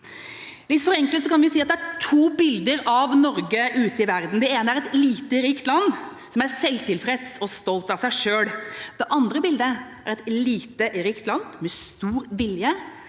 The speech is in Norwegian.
Litt forenklet kan vi si at det er to bilder av Norge ute i verden. Det ene er et lite, rikt land som er selvtilfreds og stolt av seg selv. Det andre bildet er et lite, rikt land med stor vilje